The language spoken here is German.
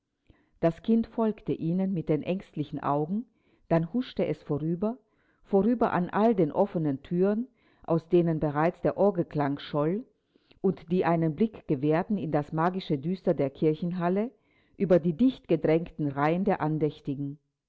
das kind folgte ihnen mit den ängstlichen augen dann huschte es vorüber vorüber an all den offenen thüren aus denen bereits der orgelklang scholl und die einen blick gewährten in das magische düster der kirchenhalle über die dichtgedrängten reihen der andächtigen